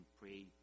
pray